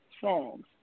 songs